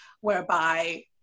whereby